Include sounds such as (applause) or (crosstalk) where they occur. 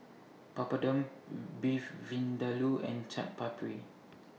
Papadum (noise) Beef Vindaloo and Chaat Papri